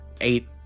eight